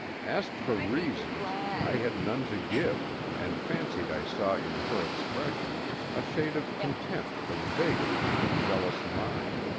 asked for reasons, i had none to give and fancied i saw in her expression a shade of contempt for the vagaries of a jealous mind.